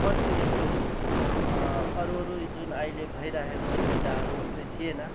फोनको यति हो अरू अरू जुन अहिले भइरहेको सुविधाहरू चाहिँ थिएन